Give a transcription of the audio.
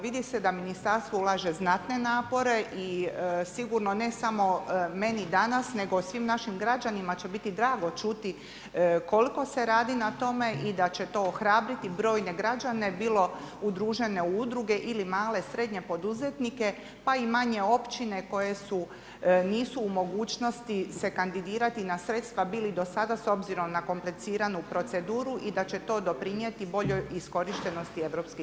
Vidi se da ministarstvo ulaže znatne napore i sigurno ne samo meni danas nego svim našim građanima će biti drago čuti koliko se radi na tome i da će to ohrabriti brojne građane bilo udružene u udruge ili male, srednje poduzetnike pa i manje općine koje nisu u mogućnosti se kandidirati na sredstva bili do sada s obzirom na kompliciranu proceduru i da će to doprinijeti boljoj iskorištenosti EU fondova.